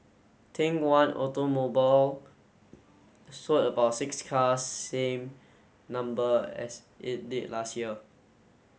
think One Automobile sold about six cars same number as it did last year